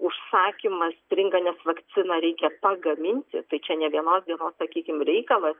užsakymas stringa nes vakciną reikia pagaminti tai čia ne vienos dienos sakykim reikalas